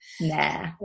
Nah